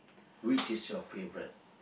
which is your favourite